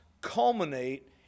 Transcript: culminate